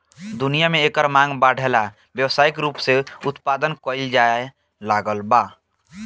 दुनिया में एकर मांग बाढ़ला से व्यावसायिक रूप से उत्पदान कईल जाए लागल